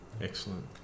Excellent